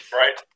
right